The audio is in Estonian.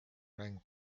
mäng